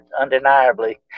undeniably